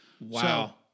Wow